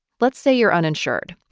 let's say you're uninsured,